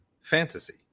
fantasy